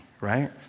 Right